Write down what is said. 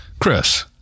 Chris